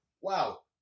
wow